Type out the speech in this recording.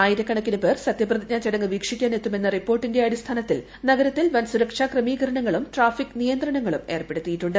ആയിരക്കണക്കിന് പേർ സത്യപ്രതിജ്ഞാ ചടങ്ങ് വീക്ഷിക്കാൻ എത്തുമെന്ന റിപ്പോർട്ടിന്റെ അടിസ്ഥാനത്തിൽ നഗരത്തിൽ വൻ സുരക്ഷാ ക്രമീകരണങ്ങളും ട്രാഫിക് നിയന്ത്രണങ്ങളും ഏർപ്പെടുത്തിയിട്ടുണ്ട്